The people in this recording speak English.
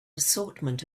assortment